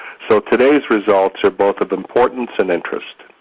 so today's results are both of importance and interest.